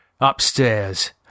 Upstairs